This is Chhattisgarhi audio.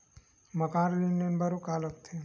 मकान ऋण ले बर का का लगथे?